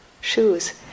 shoes